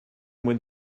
mwy